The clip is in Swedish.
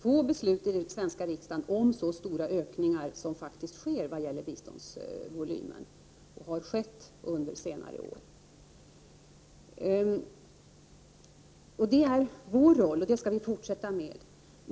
få beslut i den svenska riksdagen om så stora ökningar som faktiskt sker och har skett under senare år vad gäller biståndsvolymen. Detta är vår roll, och den skall vi fortsätta med.